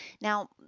Now